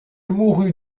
mourut